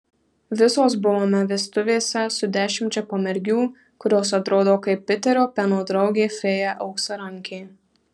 visos buvome vestuvėse su dešimčia pamergių kurios atrodo kaip piterio peno draugė fėja auksarankė